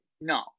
No